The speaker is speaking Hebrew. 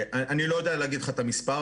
אני לא יודע להגיד לך את המספר.